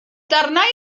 darnau